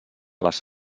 les